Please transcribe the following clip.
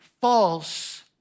false